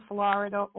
Florida